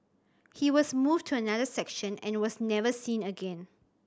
he was moved to another section and was never seen again